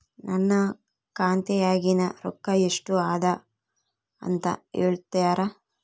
ನನ್ನ ಖಾತೆಯಾಗಿನ ರೊಕ್ಕ ಎಷ್ಟು ಅದಾ ಅಂತಾ ಹೇಳುತ್ತೇರಾ?